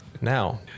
Now